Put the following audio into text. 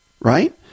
Right